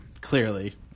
Clearly